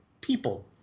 people